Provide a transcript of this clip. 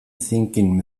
thinking